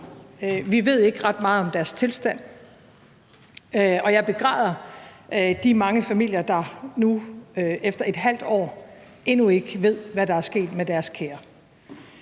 Vi ved ikke ret meget om deres tilstand, og jeg begræder de mange familier, der nu efter et halvt år endnu ikke ved, hvad der er sket med deres kære.